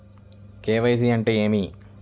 KYC అంటే ఏమి?